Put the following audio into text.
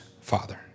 Father